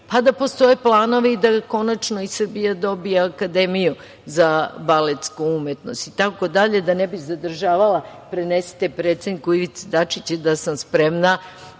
da postoje planovi konačno da i Srbija dobije akademiju za baletsku umetnost itd. da ne bih zadržavala, prenesite predsedniku Ivici Dačiću da sam spremna